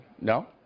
No